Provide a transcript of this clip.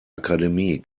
akademie